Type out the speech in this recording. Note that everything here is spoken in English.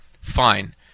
fine